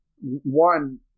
One